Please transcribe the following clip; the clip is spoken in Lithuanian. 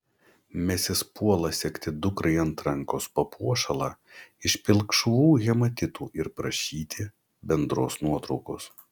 mesis puola segti dukrai ant rankos papuošalą iš pilkšvų hematitų ir prašyti bendros nuotraukos